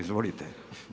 Izvolite.